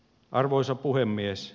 arvoisa puhemies